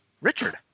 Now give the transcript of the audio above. Richard